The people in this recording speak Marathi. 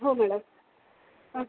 हो मॅडम ह